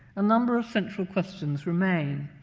a number of central questions remain.